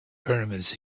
pyramids